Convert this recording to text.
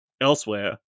elsewhere